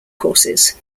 courses